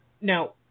now